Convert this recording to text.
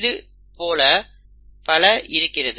இதுபோல பல இருக்கிறது